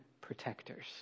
protectors